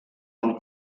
del